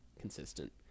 consistent